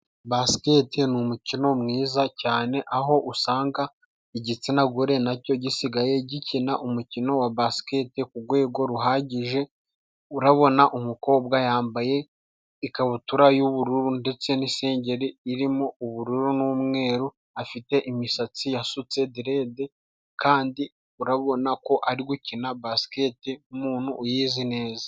Basikete ni umukino mwiza cyane ,aho usanga igitsina gore nacyo gisigaye gikina umukino wa basikete kugwego ruhagije .Urabona umukobwa yambaye ikabutura y'ubururu ndetse n'isengeri irimo ubururu n'umweru, afite imisatsi yasutse derede kandi urabona ko ari gukina basikete nk'umuntu uyizi neza.